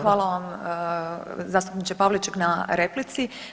Hvala vam zastupniče Pavliček na replici.